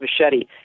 machete